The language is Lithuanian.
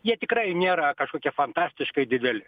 jie tikrai nėra kažkokie fantastiškai dideli